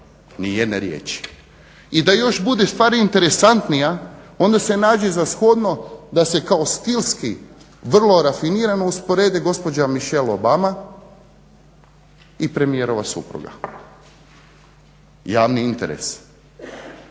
Nijedne riječi. I da još bude stvar interesantnija, onda se nađe za shodno da se kao stilski vrlo rafinirano usporede gospođa Michelle Obama i premijerova supruga. Javni interes,